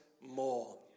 more